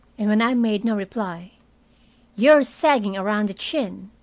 and when i made no reply you're sagging around the chin.